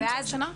כן, בסוף השנה.